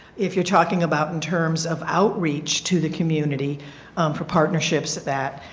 if you are talking about in terms of outreach to the community for partnerships to that,